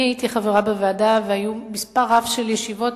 אני הייתי חברה בוועדה והיו מספר רב של ישיבות,